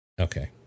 Okay